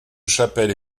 chapelle